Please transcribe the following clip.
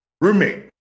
roommate